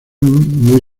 muy